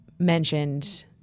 mentioned